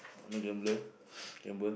I no gambler gamble